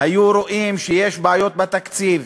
והיו רואים שיש בעיות בתקציב,